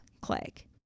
click